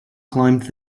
climbed